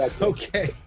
okay